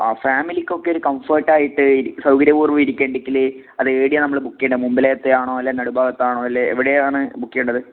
ആ ഫാമിലിക്കൊക്കെ ഒരു കംഫോർട്ടായിട്ട് ഇരി സൗകര്യപൂർവ്വം ഇരിക്കേണ്ടതെങ്കിൽ അത് ഏടെയാ നമ്മൾ ബുക്ക് ചെയ്യേണ്ടത് മുമ്പിലേത്തെയാണോ അല്ല നടുഭാഗത്താണോ അല്ലെ എവിടെയാണ് ബുക്ക് ചെയ്യേണ്ടത്